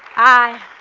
i